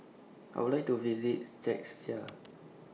I Would like to visit